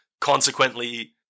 consequently